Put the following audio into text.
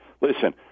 listen –